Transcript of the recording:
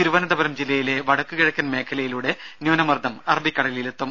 തിരുവനന്തപുരം ജില്ലയിലെ വടക്കു കിഴക്കൻ മേഖലയിലൂടെ ന്യൂനമർദ്ദം അറബിക്കടലിൽ എത്തും